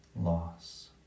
loss